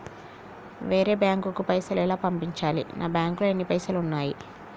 వేరే బ్యాంకుకు పైసలు ఎలా పంపించాలి? నా బ్యాంకులో ఎన్ని పైసలు ఉన్నాయి?